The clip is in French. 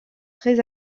très